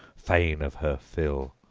fain of her fill.